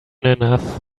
enough